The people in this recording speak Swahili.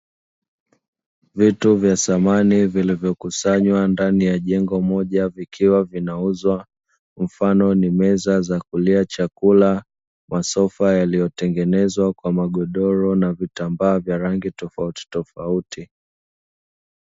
Vitu vya samani vilivyo kusanywa ndani ya jengo moja vikiwa vinauzwa mfano ni meza za kulia chakula, masofa yaliyo tengenezwa kwa magodoro na vitambaa vya rangi tofautitofauti.